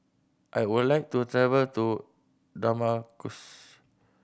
I would like to travel to Damascus